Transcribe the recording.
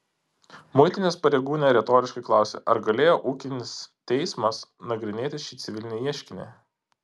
muitinės pareigūnė retoriškai klausia ar galėjo ūkinis teismas nagrinėti šį civilinį ieškinį